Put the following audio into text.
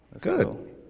Good